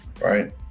Right